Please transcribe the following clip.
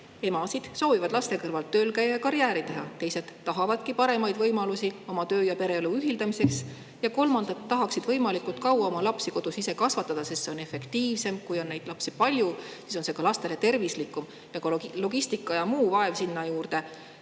emasid – soovivad laste kõrvalt tööl käia, karjääri teha, kuid teised tahavadki paremaid võimalusi oma töö- ja pereelu ühildamiseks ning kolmandad tahaksid võimalikult kaua oma lapsi kodus ise kasvatada, sest see on efektiivsem. Kui on neid lapsi palju, siis on see ka laste jaoks tervislikum, ning logistika ja muu vaev sinna juurde.